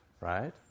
right